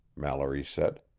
mallory said.